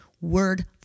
word